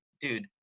dude